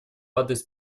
адрес